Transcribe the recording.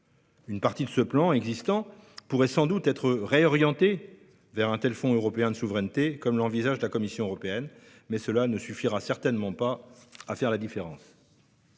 Une partie de ce plan existant pourrait sans doute être réorientée vers un tel « fonds européen de souveraineté », comme l'envisage la Commission européenne, mais cela ne suffira certainement pas à faire la différence.